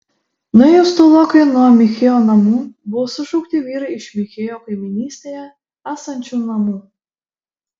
nuėjus tolokai nuo michėjo namų buvo sušaukti vyrai iš michėjo kaimynystėje esančių namų